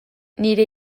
nire